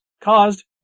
caused